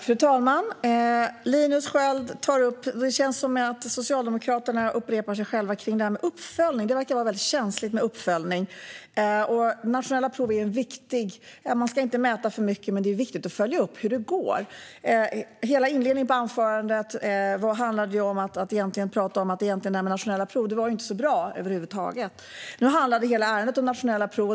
Fru talman! Det känns som att Socialdemokraterna upprepar sig kring detta med uppföljning. Det verkar vara väldigt känsligt. Nationella prov är viktiga. Man ska inte mäta för mycket, men det är viktigt att följa upp hur det går. Hela inledningen på Linus Skölds anförande handlade egentligen om att nationella prov inte var så bra över huvud taget. Nu handlar hela ärendet om nationella prov.